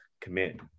commit